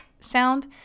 sound